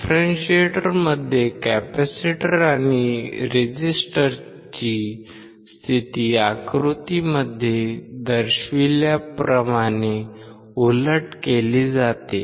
डिफरेंशिएटरमध्ये capacitor आणि रेझिस्टरची स्थिती आकृतीमध्ये दर्शविल्याप्रमाणे उलट केली जाते